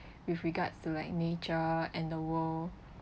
with regards to like nature and the world